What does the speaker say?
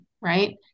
right